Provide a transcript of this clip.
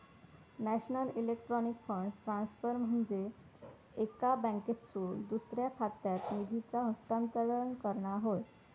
national electronic fund transfer म्हनजे एका बँकेतसून दुसऱ्या खात्यात निधीचा हस्तांतरण करणा होय